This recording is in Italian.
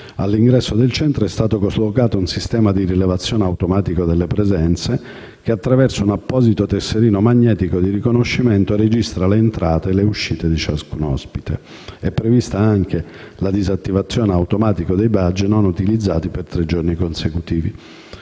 All'ingresso del centro è stato collocato un sistema di rilevazione automatica delle presenze che, attraverso un apposito tesserino magnetico di riconoscimento, registra le entrate e le uscite di ciascun ospite. È prevista anche la disattivazione automatica dei *badge* non utilizzati per tre giorni consecutivi.